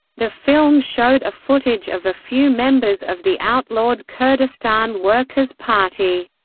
the film showed a footage of a few members of the outlawed kurdistan workers' party.